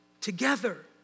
together